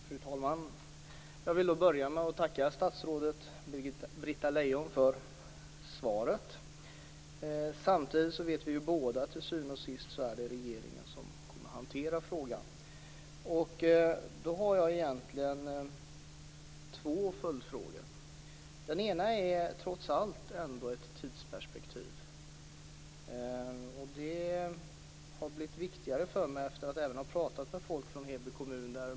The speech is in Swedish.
Fru talman! Jag vill börja med att tacka statsrådet Britta Lejon för svaret. Samtidigt vet vi ju båda att det till syvende och sist är regeringen som kommer att hantera frågan. Jag har två följdfrågor. Den ena gäller trots allt ett tidsperspektiv. Det har blivit viktigare för mig efter att jag har pratat med folk från Heby kommun.